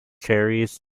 cherries